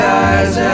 eyes